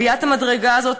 עליית המדרגה הזאת